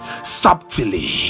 subtly